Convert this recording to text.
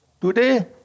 today